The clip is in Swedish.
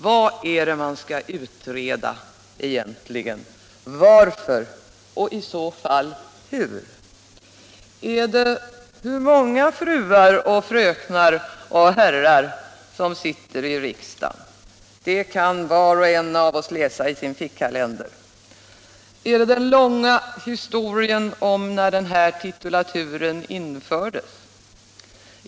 Vad är det man skall utreda egentligen, varför och i så fall hur? Är det hur många fruar, fröknar och herrar som sitter i riksdagen? Det kan var och en av oss läsa i sin fickkalender. Är det den långa historien om när denna titulatur infördes?